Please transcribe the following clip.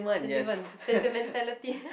sentiment sentimentality